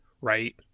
right